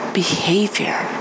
behavior